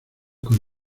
con